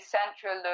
central